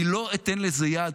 אני לא אתן לזה יד.